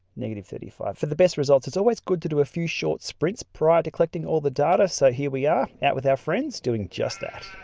thirty five. for the best results, it's always good to do a few short sprints prior to collecting all the data. so here we are out with our friends doing just that.